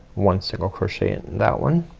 one single crochet in that one